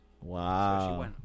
Wow